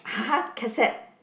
cassette